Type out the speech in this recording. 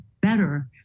better